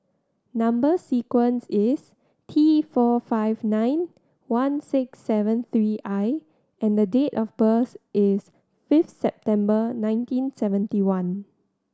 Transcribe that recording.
number sequence is T four five nine one six seven three I and date of birth is fifth September nineteen seventy one